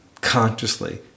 consciously